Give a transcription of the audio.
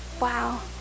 Wow